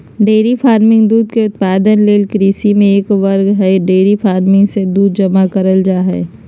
dairy farming दूध के उत्पादन ले कृषि के एक वर्ग हई डेयरी फार्मिंग मे दूध जमा करल जा हई